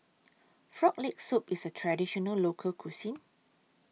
Frog Leg Soup IS A Traditional Local Cuisine